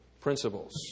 principles